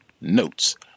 notes